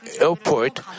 airport